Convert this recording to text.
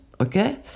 okay